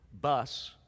bus